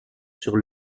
sur